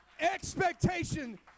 Expectation